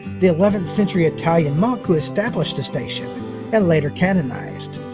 the eleventh century italian monk who established the station and later canonized.